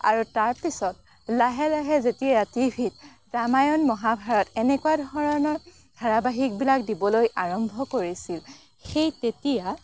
আৰু তাৰপাছত লাহে লাহে যেতিয়া টি ভিত ৰামায়ণ মহাভাৰত এনেকুৱা ধৰণৰ ধাৰাবাহিকবোবিলাক দিবলৈ আৰম্ভ কৰিছিল সেই তেতিয়া